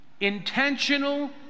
intentional